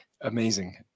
Amazing